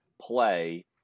play